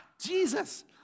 Jesus